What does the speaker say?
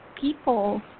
people